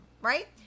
right